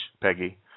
Peggy